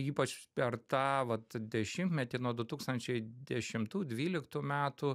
ypač per tą vat dešimtmetį nuo du tūkstančiai dešimtų dvyliktų metų